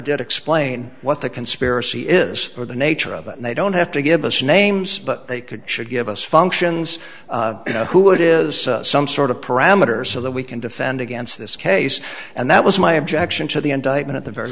did explain what the conspiracy is or the nature of it and they don't have to give us names but they could should give us functions who would is some sort of parameter so that we can defend against this case and that was my objection to the indictment at the very